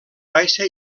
baixa